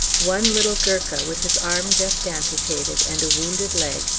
one little gurkha with his arm just amputated, and a wounded leg,